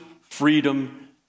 freedom